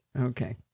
Okay